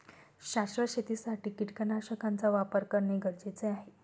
शाश्वत शेतीसाठी कीटकनाशकांचा वापर करणे गरजेचे आहे